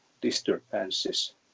disturbances